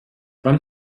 wann